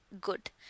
good